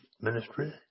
ministry